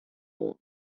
oan